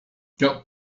got